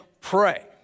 pray